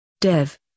Dev